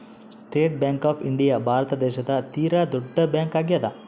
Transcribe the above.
state Bank of India Bharat ದೇಶದ ತೀರ ದೊಡ್ಡ ಬ್ಯಾಂಕ್ ಆಗ್ಯಾದ